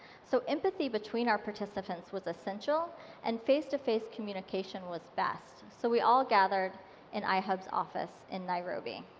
so empathy between our participants was essential and face-to-face communication was best. so we all gathered in ihub's office in nairobi.